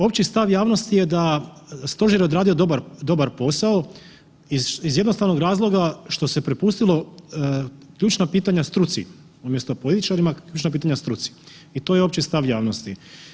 Opći stav javnosti je da je Stožer odradio dobar posao iz jednostavnog razloga što su se prepustila ključna pitanja struci umjesto političarima, ključna pitanja struci i to je opći stav javnosti.